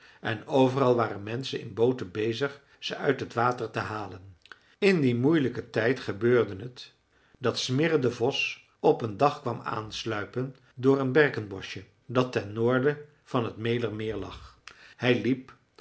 en overal waren menschen in booten bezig ze uit het water te halen in dien moeielijken tijd gebeurde het dat smirre de vos op een dag kwam aansluipen door een berkenboschje dat ten noorden van het mälermeer lag hij liep